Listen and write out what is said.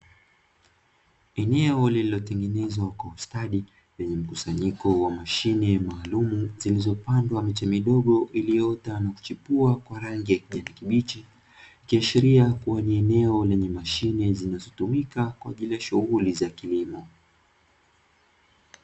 Eneo lililotengenezwa kwa ustadi, lenye mkusanyiko wa mashine maalumu zilizopandwa miche midogo iliyoota na kuchipua kwa rangi ya kijani kibichi, ikiashiria kuwa ni eneo lenye mashine zinazotumika kwa ajili ya shughuli za kilimo.